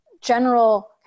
general